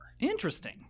Interesting